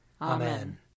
Amen